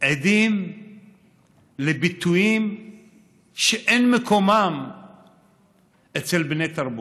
עדים לביטויים שאין מקומם אצל בני תרבות.